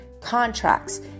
contracts